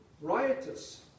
Riotous